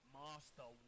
master